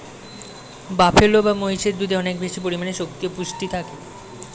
buffalo বা মহিষের দুধে অনেক বেশি পরিমাণে শক্তি ও পুষ্টি থাকে